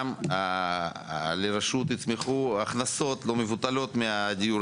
לרשות יצמחו הכנסות לא מבוטלות מהדיור